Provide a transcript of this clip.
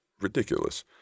Ridiculous